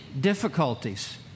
difficulties